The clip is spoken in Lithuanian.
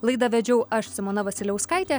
laidą vedžiau aš simona vasiliauskaitė